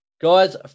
Guys